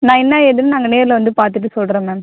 நான் என்ன ஏதுன்னு நாங்கள் நேர்ல வந்து பார்த்துட்டு சொல்கிறோம் மேம்